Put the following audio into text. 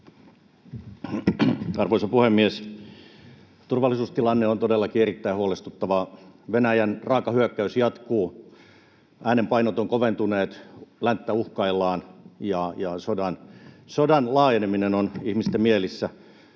Arvoisa puhemies! Turvallisuustilanne on todellakin erittäin huolestuttava: Venäjän raaka hyökkäys jatkuu, äänenpainot ovat koventuneet, länttä uhkaillaan ja sodan laajeneminen on ihmisten mielissä.